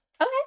Okay